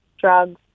drugs